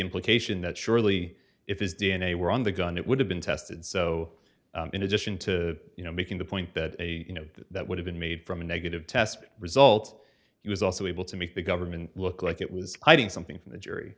implication that surely if his d n a were on the gun it would have been tested so in addition to you know making the point that a you know that would have been made from a negative test result he was also able to make the government look like it was hiding something from the jury